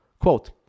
Quote